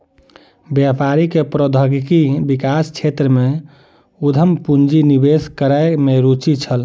व्यापारी के प्रौद्योगिकी विकास क्षेत्र में उद्यम पूंजी निवेश करै में रूचि छल